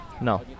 no